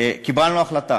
קיבלנו החלטה.